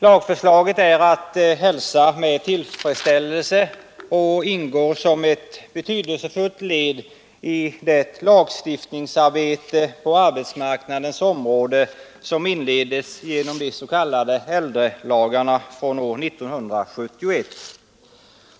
Lagförslaget är att hälsa med tillfredsställelse och ingår som ett betydelsefullt led i det lagstiftningsarbete på arbetsmarknadens område som inleddes genom de s.k. äldrelagarna från år 1971.